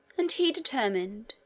and he determined,